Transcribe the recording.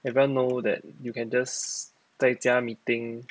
everyone know that you can just 在家 meeting